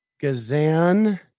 Gazan